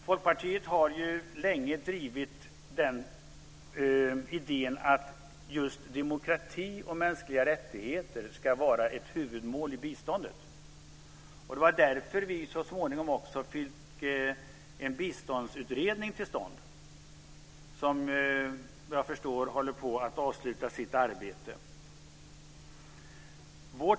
Folkpartiet har länge drivit idén att just demokrati och mänskliga rättigheter ska vara ett huvudmål i biståndet. Det var därför vi så småningom också fick en biståndsutredning till stånd som jag förstår håller på att avsluta sitt arbete.